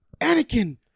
Anakin